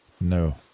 No